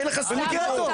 אין לך זכות דיבור.